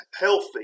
healthy